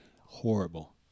horrible